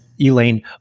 Elaine